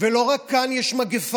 ולא רק כאן יש מגפה,